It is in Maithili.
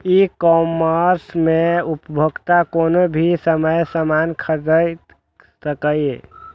ई कॉमर्स मे उपभोक्ता कोनो भी समय सामान खरीद सकैए